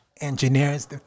engineers